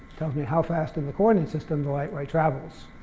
tells me how fast in the coordinate system the light ray travels.